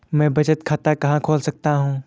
मैं बचत खाता कहाँ खोल सकता हूँ?